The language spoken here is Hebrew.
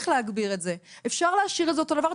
להגביר את זה, אפשר להשאיר את זה אותו דבר.